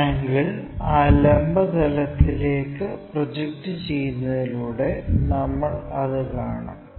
angle ആ ലംബ തലത്തിലേക്ക് പ്രൊജക്റ്റ് ചെയ്യുന്നതിലൂടെ നമ്മൾ അത് കാണും